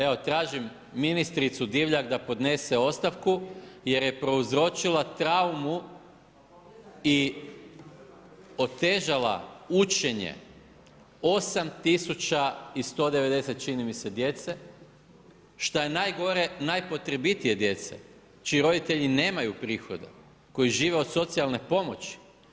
Evo, tražim ministricu Divjak da podnese ostavku jer je prouzročila traumu i otežala učenje 8190 čini mi se djece, što je najgore, najpotrebitije djece, čiji roditelji nemaju prihoda, koji žive od socijalne pomoći.